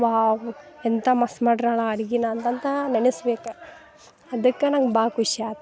wow ಎಂಥ ಮಸ್ ಮಾಡ್ರಳ ಅಡಿಗೆನ ಅಂತಂತ ನೆನೆಸ್ಬೇಕು ಅದಕ್ಕೆ ನಂಗೆ ಭಾಳ ಖುಷಿಯಾತು